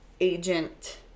agent